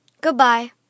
Goodbye